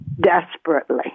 desperately